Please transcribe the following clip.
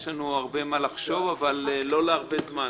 יש לנו הרבה מה לחשוב, אבל לא להרבה זמן.